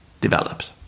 developed